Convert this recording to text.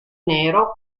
nero